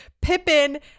Pippin